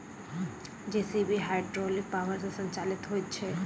JCB hydraulic power सॅ संचालित होइत छै